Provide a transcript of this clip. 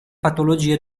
patologie